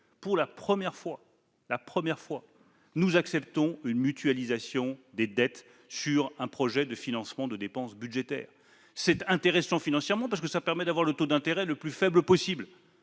parce que, pour la première fois, nous acceptons une mutualisation des dettes sur un projet de financement de dépenses budgétaires. C'est intéressant financièrement, parce que cela permet d'obtenir le taux d'intérêt le plus faible possible